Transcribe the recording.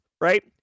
right